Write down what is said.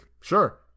sure